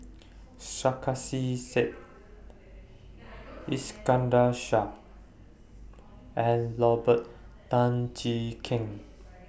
Sarkasi Said Iskandar Shah and Robert Tan Jee Keng